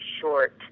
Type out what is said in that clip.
short